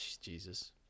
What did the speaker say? Jesus